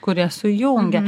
kurie sujungia